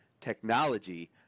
technology